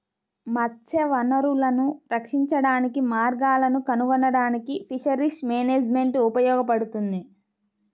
మత్స్య వనరులను రక్షించడానికి మార్గాలను కనుగొనడానికి ఫిషరీస్ మేనేజ్మెంట్ ఉపయోగపడుతుంది